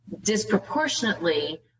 disproportionately